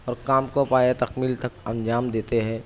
اور کام کو پایۂ تکمیل تک انجام دیتے ہیں